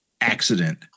accident